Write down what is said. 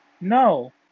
no